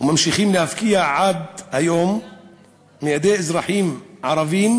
וממשיכים להפקיע עד היום מידי אזרחים ערבים,